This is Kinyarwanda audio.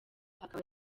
akaba